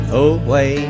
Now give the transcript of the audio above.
away